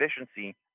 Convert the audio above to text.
efficiency